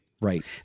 Right